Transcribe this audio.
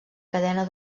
cadena